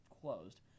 closed